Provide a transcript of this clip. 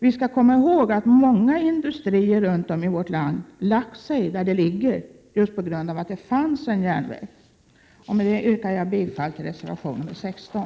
Vi skall komma ihåg att många industrier runt om i vårt land lagt sig där de ligger just på grund av att det fanns en järnväg. Med detta yrkar jag bifall till reservation 16.